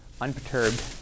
unperturbed